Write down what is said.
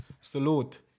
Salute